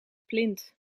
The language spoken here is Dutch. plint